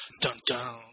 Dun-dun